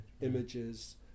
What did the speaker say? images